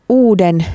uuden